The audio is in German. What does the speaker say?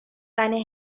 eine